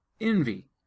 envy